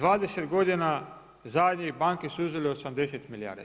20 godina zadnjih banke su uzele 80 milijardi.